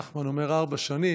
נחמן אומר ארבע שנים.